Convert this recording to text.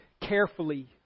carefully